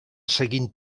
seguint